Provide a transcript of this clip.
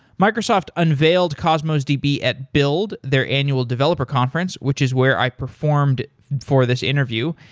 microsoft unveiled cosmos db at build, their annual developer conference, which is where i performed for this interview.